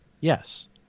yes